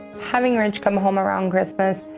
having rich come home around christmas,